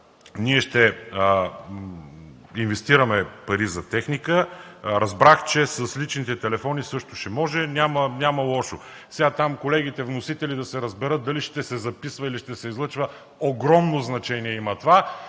ние ще инвестираме пари за техника. Разбрах, че с личните телефони също ще може – няма лошо. Колегите вносители да се разберат дали ще се записва, или ще се излъчва – огромно значение има това.